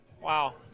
Wow